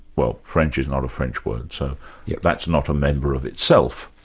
well french is not a french word, so yeah that's not a member of itself.